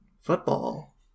Football